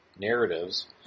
Narratives